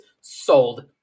sold